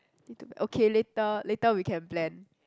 okay later later we can plan